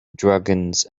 dragons